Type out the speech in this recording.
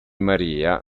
maria